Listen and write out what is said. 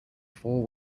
four